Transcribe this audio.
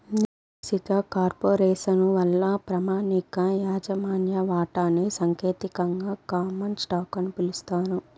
నిర్దేశిత కార్పొరేసను వల్ల ప్రామాణిక యాజమాన్య వాటాని సాంకేతికంగా కామన్ స్టాకు అని పిలుస్తారు